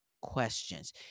questions